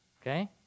Okay